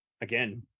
again